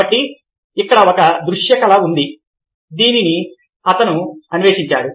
కాబట్టి ఇక్కడ ఒక దృశ్య కళ ఉంది అతను దానిని అన్వేషించాడు